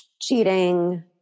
cheating